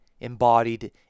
embodied